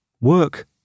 work